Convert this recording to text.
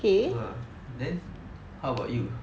tu ah then how about you